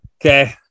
Okay